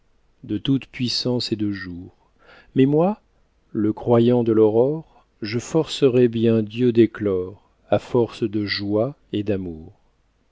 de toute-puissance et de jour mais moi le croyant de l'aurore je forcerai bien dieu d'éclore à force de joie et d'amour